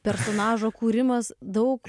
personažo kūrimas daug